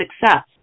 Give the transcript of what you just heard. success